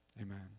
Amen